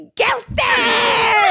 guilty